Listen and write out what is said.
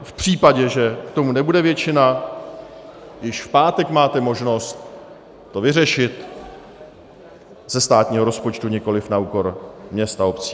V případě, že k tomu nebude většina, již v pátek máte možnost to vyřešit ze státního rozpočtu, nikoli na úkor měst a obcí.